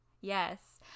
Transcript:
Yes